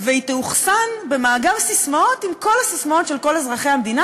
והיא תאוחסן במאגר ססמאות עם כל הססמאות של כל אזרחי המדינה,